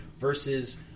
versus